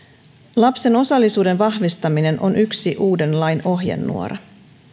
lapsen osallisuuden vahvistaminen on yksi uuden lain ohjenuora